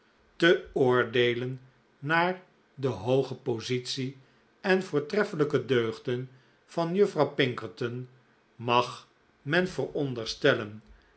te oordeelen naar de hooge positie en voortreffelijke deugden van juffrouw pinkerton mag men veronderstellen